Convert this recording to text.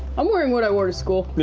i'm wearing what i wore to school.